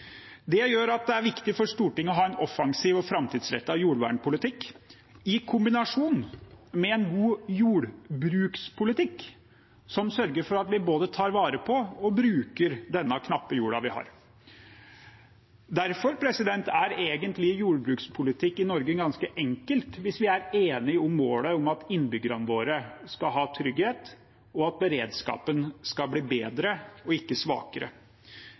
Det gjør at det er viktig for Stortinget å ha en offensiv og framtidsrettet jordvernpolitikk, i kombinasjon med en god jordbrukspolitikk, som sørger for at vi både tar vare på og bruker den knappe jorda vi har. Derfor er egentlig jordbrukspolitikk i Norge ganske enkelt, hvis vi er enige om målet om at innbyggerne våre skal ha trygghet, og at beredskapen skal bli bedre og ikke svakere.